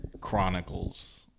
Chronicles